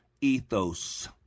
Ethos